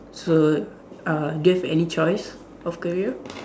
so uh do you have any choice of career